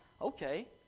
okay